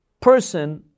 person